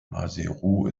maseru